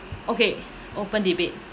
okay open debate